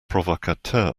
provocateurs